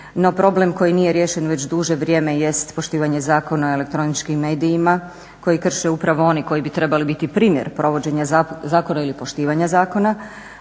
problem koji nije riješen već duže vrijeme jest poštivanje zakona o elektroničkim medijima koji krše upravo oni koji bi trebali biti primjer provođenja zakona ili poštivanja zakona.